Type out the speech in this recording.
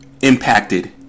impacted